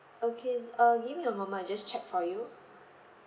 okay uh give me a moment I just check for you